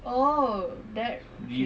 oh that okay